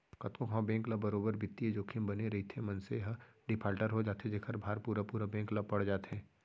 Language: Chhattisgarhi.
कतको घांव बेंक ल बरोबर बित्तीय जोखिम बने रइथे, मनसे ह डिफाल्टर हो जाथे जेखर भार पुरा पुरा बेंक ल पड़ जाथे